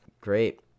Great